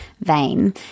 vein